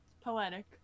poetic